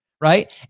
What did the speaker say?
Right